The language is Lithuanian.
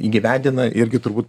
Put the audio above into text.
įgyvendina irgi turbūt